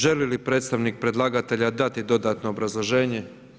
Želi li predstavnik predlagatelja dati dodatno obrazloženje?